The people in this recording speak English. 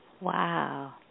wow